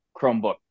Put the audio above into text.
Chromebook